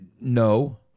No